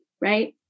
right